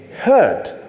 heard